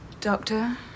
doctor